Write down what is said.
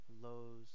lows